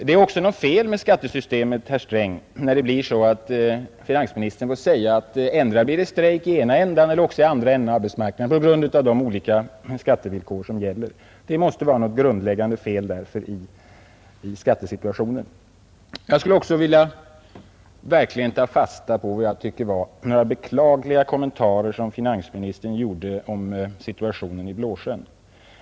Det är också något fel med skattesystemet, herr Sträng, när finansministern säger att endera blir det strejk i ena ändan eller också i den andra ändan av arbetsmarknaden på grund av de olika skattevillkor som gäller. Här måste det vara ett grundläggande fel i skattesituationen. Jag skulle vilja ta fasta på några enligt min mening beklagliga kommentarer som herr finansministern gjorde om situationen i Stora Blåsjön.